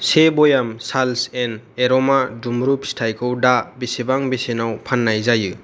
से बयाम साल्ज एन एर'मा दुम्रु फिथाइखौ दा बेसेबां बेसेनाव फाननाय जायो